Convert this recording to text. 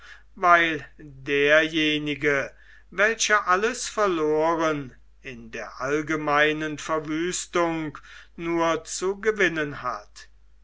weil derjenige welcher alles verloren in der allgemeinen verwüstung nur zu gewinnen hat